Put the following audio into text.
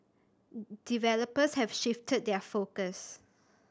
developers have shifted their focus